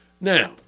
Now